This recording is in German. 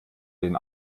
den